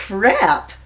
Crap